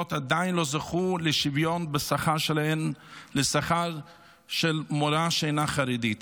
עדיין לא זכו לשוויון בין השכר שלהן לשכר של מורה שאינה חרדית.